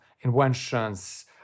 inventions